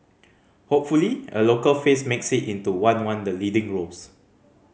hopefully a local face makes it into one one the leading roles